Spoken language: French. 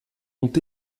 ont